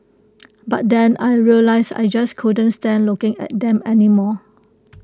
but then I realised I just couldn't stand looking at them anymore